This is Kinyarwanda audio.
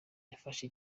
yafashe